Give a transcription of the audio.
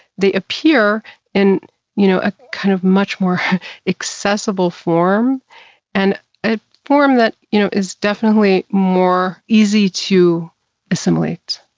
they appear in you know a, kind of, much more accessible form and a form that you know is definitely more easy to assimilate.